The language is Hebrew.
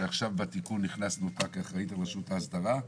שעכשיו בתיקון הכנסנו אותה כאחראית על רשות ההסדרה,